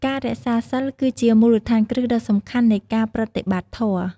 ការរក្សាសីល គឺជាមូលដ្ឋានគ្រឹះដ៏សំខាន់នៃការប្រតិបត្តិធម៌។